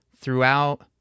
throughout